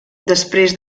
després